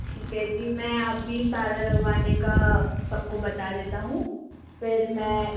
ठीक है जी मैं अभी ताला लगवाने का सब को बता देता हूँ फिर मैं